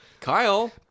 Kyle